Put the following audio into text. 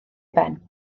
ben